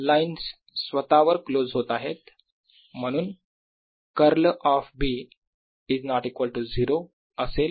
lines स्वतःवर close होत आहेत म्हणून कर्ल ऑफ B ≠ 0 असेल